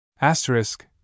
Asterisk